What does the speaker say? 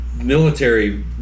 military